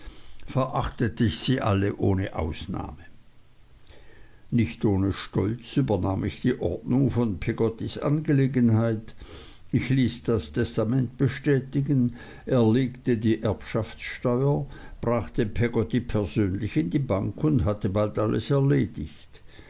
verachtete ich sie alle ohne ausnahme nicht ohne stolz übernahm ich die ordnung von peggottys angelegenheit ich ließ das testament bestätigen erlegte die erbschaftssteuer brachte peggotty persönlich in die bank und hatte bald alles erledigt